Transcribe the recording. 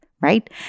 right